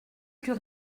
plus